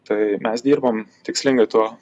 tai mes dirbam tikslingai tuo